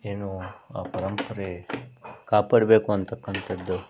ಏನು ಆ ಪರಂಪರೆ ಕಾಪಾಡಬೇಕು ಅನ್ನತಕ್ಕಂಥದ್ದು